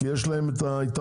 כי יש להם את היתרון,